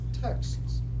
texts